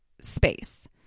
space